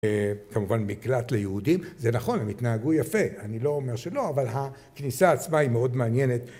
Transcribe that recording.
כמובן מקלט ליהודים, זה נכון, הם התנהגו יפה, אני לא אומר שלא, אבל הכניסה עצמה היא מאוד מעניינת